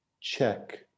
check